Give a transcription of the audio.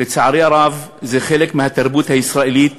לצערי הרב, זה חלק מהתרבות הישראלית